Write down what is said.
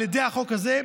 על ידי החוק הזה,